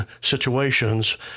situations